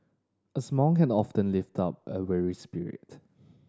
a smile can often lift up a weary spirit